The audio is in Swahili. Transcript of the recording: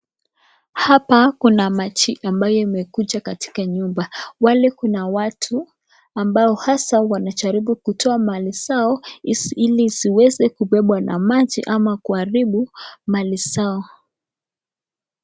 Hapa, kuna maji ambayo imekuja katika nyumba. Wale kuna watu ambao hasa wanajaribu kutoa mali zao ili zisiweze kubebwa na maji au kuharibu, mali zao,